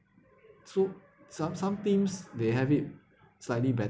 so some some teams they have it slightly better